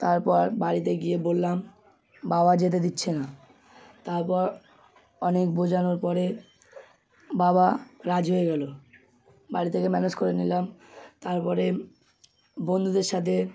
তারপর বাড়িতে গিয়ে বললাম বাবা যেতে দিচ্ছে না তারপর অনেক বোঝানোর পরে বাবা রাজি হয়ে গেল বাড়ি থেকে ম্যানেজ করে নিলাম তারপরে বন্ধুদের সাথে